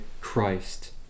Christ